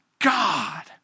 God